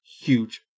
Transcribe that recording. huge